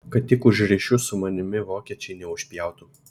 kad tik už ryšius su manimi vokiečiai neužpjautų